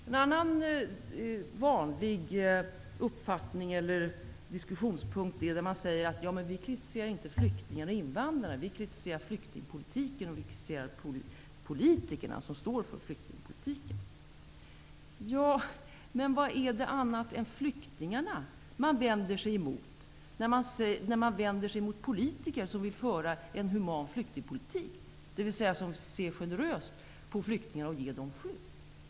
Ett annat vanligt inslag i debatten är att man säger att man inte kritiserar flyktingar och invandrare utan flyktingpolitiken och de politiker som står för denna politik. Men vad är det annat än flyktingarna som man vänder sig emot när man kritiserar politiker som vill föra en human flyktingpolitik, dvs. politiker som ser positivt på flyktingarna och vill ge dem skydd?